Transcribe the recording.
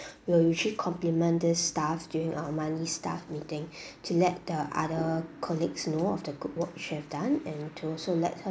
we'll usually compliment this staff during our monthly staff meeting to let the other colleagues know of the good work she have done and to also let her